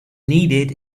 needed